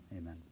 Amen